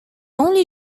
only